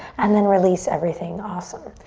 and then release everything, awesome.